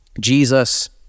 Jesus